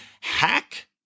hack